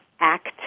act